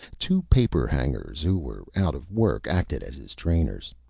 two paper-hangers who were out of work acted as his trainers.